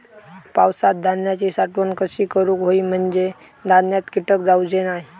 पावसात धान्यांची साठवण कशी करूक होई म्हंजे धान्यात कीटक जाउचे नाय?